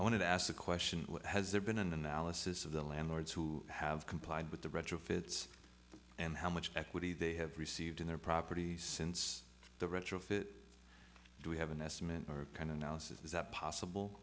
i wanted to ask the question has there been an analysis of the landlords who have complied with the retrofits and how much equity they have received in their property since the retrofit do we have an estimate or a kind analysis is that possible